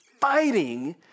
fighting